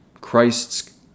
Christ's